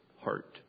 heart